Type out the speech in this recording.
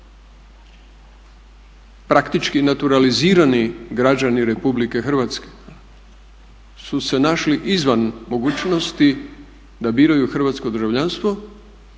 praktički naturalizirani građani Republike Hrvatske su se našli izvan mogućnosti da biraju hrvatsko državljanstvo